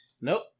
Nope